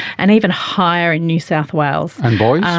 and even higher in new south wales. and boys?